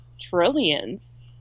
trillions